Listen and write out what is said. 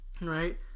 Right